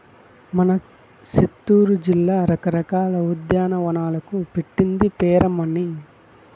మన సిత్తూరు జిల్లా రకరకాల ఉద్యానవనాలకు పెట్టింది పేరమ్మన్నీ